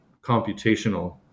computational